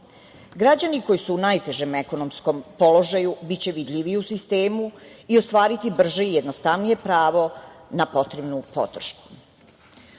koji su u najtežem ekonomskom položaju biće vidljivi u sistemu i ostvariti brže i jednostavnije pravo na potrebnu podršku. Ono